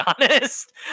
honest